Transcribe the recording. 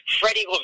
Freddie